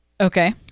Okay